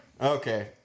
Okay